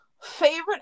Favorite